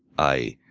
i